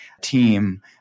team